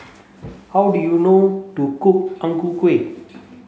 how do you know to cook Ang Ku Kueh